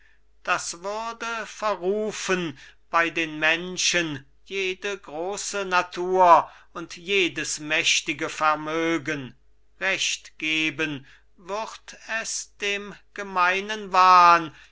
das würde verrufen bei den menschen jede große natur und jedes mächtige vermögen recht geben würd es dem gemeinen wahn